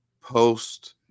post